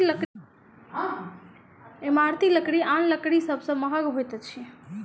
इमारती लकड़ी आन लकड़ी सभ सॅ महग होइत अछि